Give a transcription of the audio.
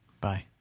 Bye